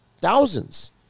thousands